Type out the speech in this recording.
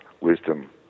wisdom